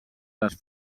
les